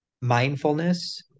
Mindfulness